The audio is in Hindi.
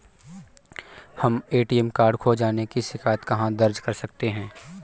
हम ए.टी.एम कार्ड खो जाने की शिकायत कहाँ दर्ज कर सकते हैं?